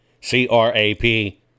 C-R-A-P